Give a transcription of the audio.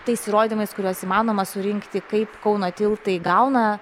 tais įrodymais kuriuos įmanoma surinkti kaip kauno tiltai gauna